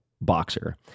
boxer